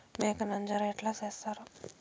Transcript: మేక నంజర ఎట్లా సేస్తారు?